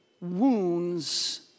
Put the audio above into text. wounds